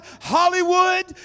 hollywood